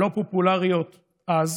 הלא-פופולריות אז,